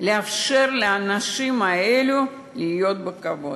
לאפשר לאנשים האלה לחיות בכבוד,